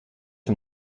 een